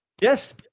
Yes